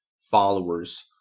followers